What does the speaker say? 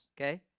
okay